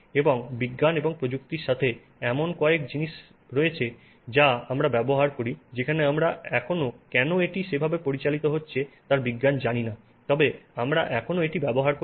এবং বিজ্ঞান এবং প্রযুক্তির সাথে এমন অনেক জিনিস রয়েছে যা আমরা ব্যবহার করি যেখানে আমরা এখনও কেন এটি সেভাবে পরিচালিত হচ্ছে তার বিজ্ঞান জানি না তবে আমরা এখনও এটি ব্যবহার করি